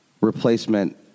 replacement